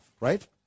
right